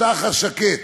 התותח השקט,